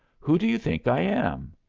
who do you think i am?